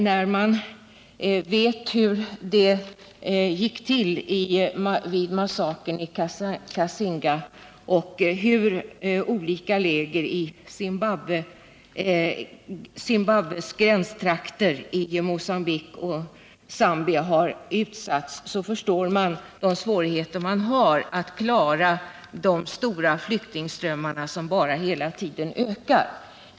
När man vet hur det gick till vid massakern i Kassinga och hur olika läger i Zimbabwes gränstrakter i Mogambique och Zambia har blivit utsatta, så förstår man hur svårt det är att klara av de stora flyktingströmmarna, som ju hela tiden bara ökar.